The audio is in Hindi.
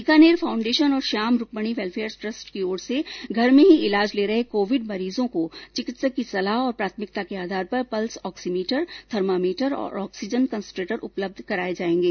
बीकानेर फाउण्डेशन और श्याम रूकमणी वेलफेयर ट्रस्ट की ओर से घर में ही ईलाज ले रहे कोविड मरीजों को चिकित्सक की सलाह और प्राथमिकता के आधार पर पल्स ऑक्सीमीटर थर्मामीटर और ऑक्सीजन कंसन्ट्रेटर उपलब्ध कराए जाएंगे